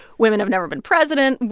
women have never been president.